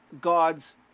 God's